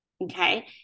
Okay